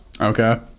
okay